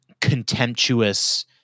contemptuous